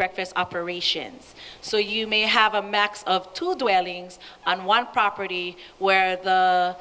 breakfast operations so you may have a max of tool dwellings on one property where the